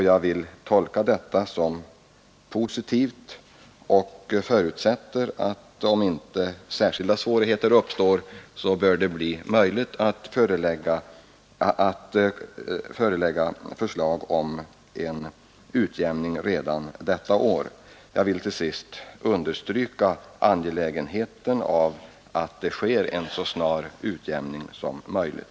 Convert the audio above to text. Jag tolkar detta positivt och förutsätter att förslag om en utjämning av teleavgifterna, om inga särskilda svårigheter uppstår, bör kunna läggas fram redan detta år. Till sist vill jag understryka angelägenheten av att en utjämning sker så snart som möjligt.